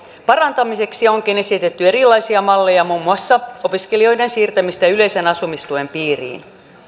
parantamiseksi onkin esitetty erilaisia malleja muun muassa opiskelijoiden siirtämistä yleisen asumistuen piiriin